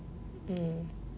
um